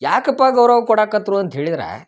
ಯಾಕಪ್ಪ ಗೌರವ ಕೊಡಾಕತ್ರು ಅಂತ ಹೇಳಿದ್ರ